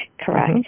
correct